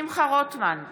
שמחה רוטמן,